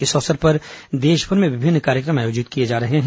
इस अवसर पर देशभर में विभिन्न कार्यक्रम आयोजित किए जा रहे हैं